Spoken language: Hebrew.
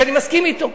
שאני מסכים אתו.